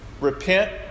repent